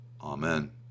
amen